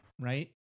right